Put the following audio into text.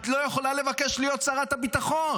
את לא יכולה לבקש להיות שרת הביטחון.